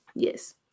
Yes